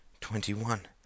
Twenty-one